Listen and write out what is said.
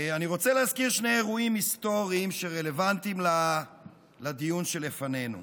אני רוצה להזכיר שני אירועים היסטוריים שרלוונטיים לדיון שלפנינו.